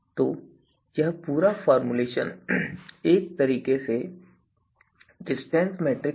तो यह पूरा फॉर्म्युलेशन एक तरह से डिस्टेंस मेट्रिक है